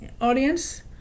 audience